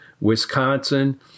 Wisconsin